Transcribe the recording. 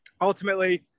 ultimately